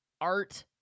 art